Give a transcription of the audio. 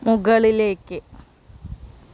മുകളിലേക്ക്